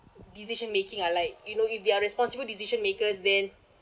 decision making are like you know if they're responsible decision makers then